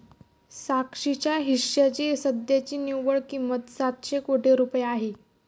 साक्षीच्या हिश्श्याची सध्याची निव्वळ किंमत सातशे कोटी रुपये आहे